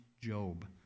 Job